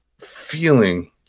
feeling